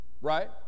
Right